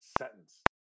sentence